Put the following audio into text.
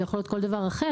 זה יכול להיות כל דבר אחר,